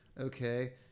Okay